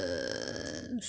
that's what I do